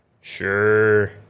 Sure